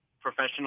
professional